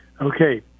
Okay